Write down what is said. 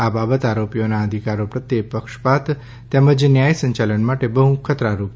આ બાબત આરોપીઓના અધિકારો પ્રત્યે પક્ષપાત તેમજ ન્યાયસંચાલન માટે બહ્ ખતરારૂપ છે